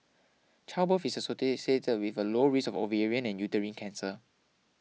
childbirth is associated with a lower risk of ovarian and uterine cancer